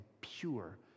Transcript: pure